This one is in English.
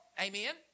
Amen